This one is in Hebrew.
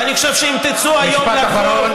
ואני חושב שאם תצאו היום לרחוב, משפט אחרון.